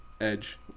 edge